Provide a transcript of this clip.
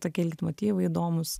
tokie leitmotyvai įdomūs